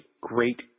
great